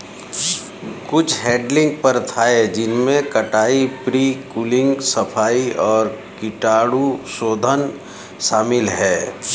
कुछ हैडलिंग प्रथाएं जिनमें कटाई, प्री कूलिंग, सफाई और कीटाणुशोधन शामिल है